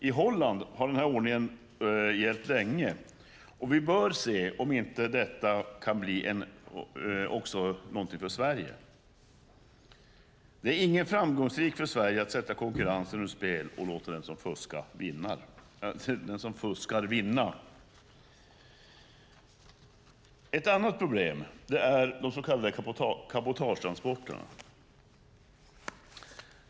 I Holland har den här ordningen gällt länge, och vi bör se om inte detta kan bli någonting också för Sverige. Det är ingen framgångsväg för Sverige att sätta konkurrensen ur spel och låta den som fuskar vinna. Ett annat problem är de så kallade cabotagetransporterna.